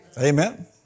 Amen